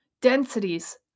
densities